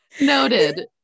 noted